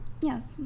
yes